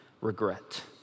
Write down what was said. regret